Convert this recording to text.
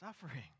Suffering